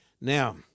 Now